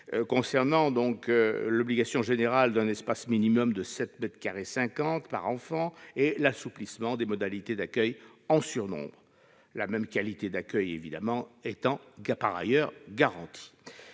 à l'obligation générale d'un espace minimum de 7,5 mètres carrés par enfant et d'assouplissement des modalités d'accueil en surnombre, la même qualité d'accueil étant par ailleurs garantie.